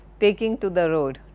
taking to the road,